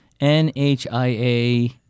NHIA